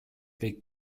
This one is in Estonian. kõik